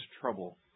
trouble